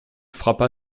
frappa